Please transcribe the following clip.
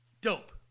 dope